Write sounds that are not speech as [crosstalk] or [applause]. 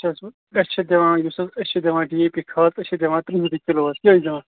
[unintelligible] اسہِ چھِ دِوان یُس حظ أسۍ چھِ دِوان ڈی اے پی کھاد أسۍ چھِ دِوان ترٕٛہ رۅپیہِ کِلوٗہس کٔہۍ چھِ دِوان